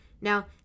Now